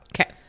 Okay